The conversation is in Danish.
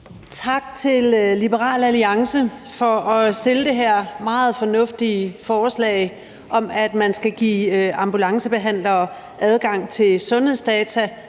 Tak til Liberal Alliance for at fremsætte det her meget fornuftige beslutningsforslag om, at man skal give ambulancebehandlere adgang til sundhedsdata,